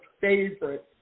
favorite